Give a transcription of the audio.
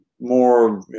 more